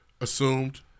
assumed